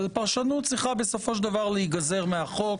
אבל פרשנות צריכה בסופו של דבר להיגזר מהחוק.